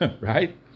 right